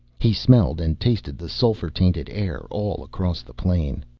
he smelled and tasted the sulphur-tainted air all across the plain.